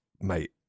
mate